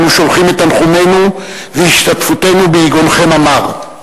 אנו שולחים תנחומינו והשתתפותנו ביגונכם המר.